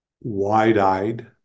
wide-eyed